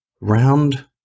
Round